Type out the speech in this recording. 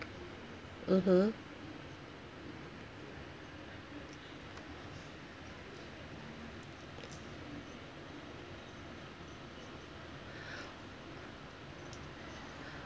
mmhmm